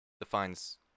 defines